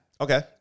Okay